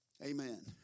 Amen